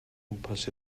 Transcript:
gwmpas